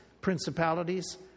principalities